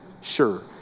Sure